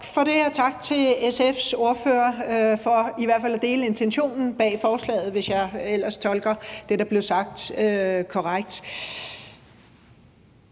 for det, og tak til SF's ordfører for i hvert fald at dele intentionen bag forslaget – hvis jeg ellers tolker det, der blev sagt, korrekt.